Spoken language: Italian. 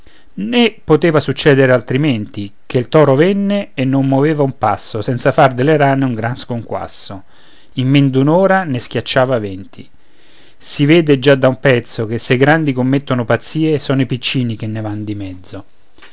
né poteva succedere altrimenti ché il toro venne e non moveva un passo senza far delle rane un gran sconquasso in men d'un'ora ne schiacciava venti si vede già da un pezzo che se i grandi commettono pazzie sono i piccini che ne van di mezzo